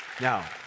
Now